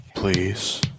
Please